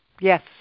Yes